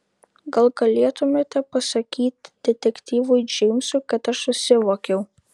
gal galėtumėte pasakyti detektyvui džeimsui kad aš susivokiau